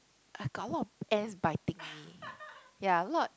I got a lot of ants biting me ya a lot